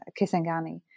Kisangani